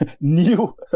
new